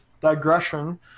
digression